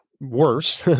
worse